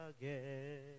again